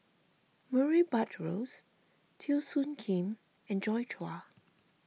Murray Buttrose Teo Soon Kim and Joi Chua